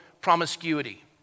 promiscuity